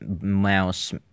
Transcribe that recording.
mouse